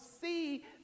see